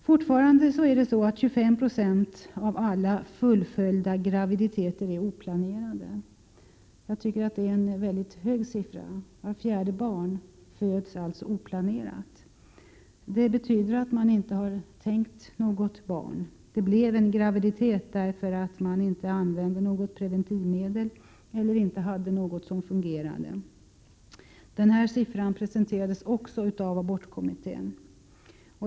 Fortfarande är 25 90 av alla fullföljda graviditeter oplanerade. Jag tycker att det är en mycket hög siffra. Vart fjärde barn som föds är således oplanerat. Det betyder att man inte har tänkt sig något barn. Det blev en graviditet därför att man inte använde något preventivmedel eller inte hade något som fungerade. Denna siffra presenterades också av abortkommittén.